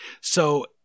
So-